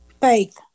Faith